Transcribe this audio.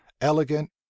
elegant